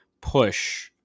push